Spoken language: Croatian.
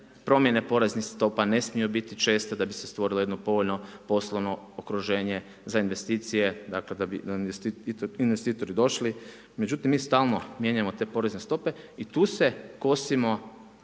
promjene poreznih stopa ne smiju biti česte da bi se stvorilo jedno povoljno poslovno okruženje za investicije, dakle da bi investitori došli. Međutim, mi stalno mijenjamo te porezne stope i tu se kosimo